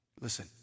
listen